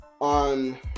on